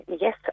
Yes